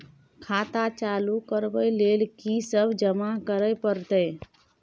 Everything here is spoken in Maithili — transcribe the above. खाता चालू करबै लेल की सब जमा करै परतै?